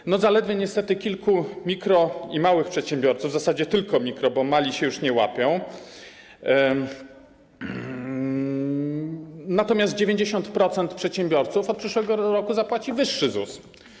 Niestety zaledwie kilku mikro- i małych przedsiębiorców, w zasadzie tylko mikro-, bo mali się już nie łapią, natomiast 90% przedsiębiorców od przyszłego roku zapłaci wyższy ZUS.